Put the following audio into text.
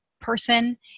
person